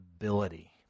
ability